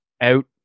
out